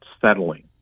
settling